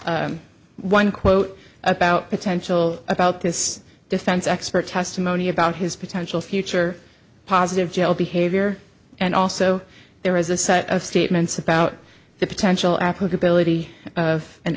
one quote about potential about this defense expert testimony about his potential future positive job behavior and also there is a set of statements about the potential applicability of an